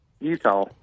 Utah